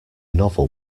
novel